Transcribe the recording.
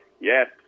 yes